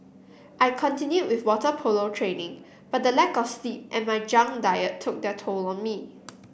I continued with water polo training but the lack of sleep and my junk diet took their toll on me